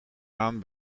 aan